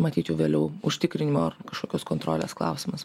matyt jau vėliau užtikrinimo ar kažkokios kontrolės klausimas